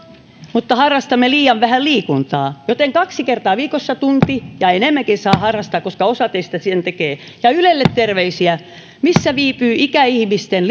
mutta harrastamme liian vähän liikuntaa joten kaksi kertaa viikossa tunti ja enemmänkin saa harrastaa koska osa teistä sen tekee ja ylelle terveisiä missä viipyy ikäihmisten